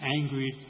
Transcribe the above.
angry